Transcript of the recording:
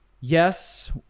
yes